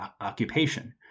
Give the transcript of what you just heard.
occupation